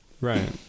Right